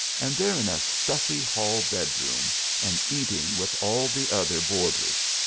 and they're in a stuffy hall bedroom and eating with all the other boarders.